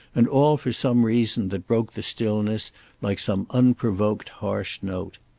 and all for some reason that broke the stillness like some unprovoked harsh note.